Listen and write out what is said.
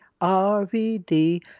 RVD